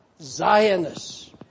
Zionists